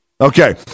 Okay